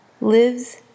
lives